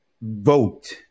Vote